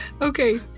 Okay